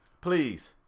Please